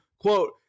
quote